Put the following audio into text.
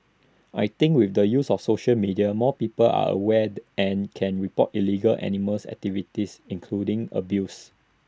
I think with the use of social media more people are awared and can report illegal animals activities including abuse